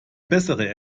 bessere